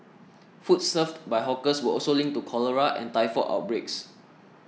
food served by hawkers were also linked to cholera and typhoid outbreaks